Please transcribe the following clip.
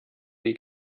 die